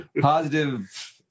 Positive